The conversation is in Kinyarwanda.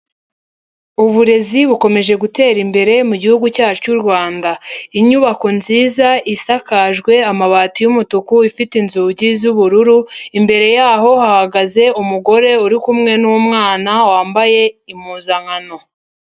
Uburezi bukomeje gutera imbere mu gihugu cyacu cy'u Rwanda. Inyubako nziza isakajwe amabati y'umutuku ifite inzugi z'ubururu, imbere yaho hahagaze umugore uri kumwe n'umwana wambaye impuzankano.